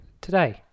Today